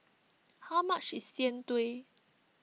how much is Jian Dui